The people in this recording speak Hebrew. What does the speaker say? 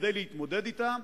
כדי להתמודד אתה,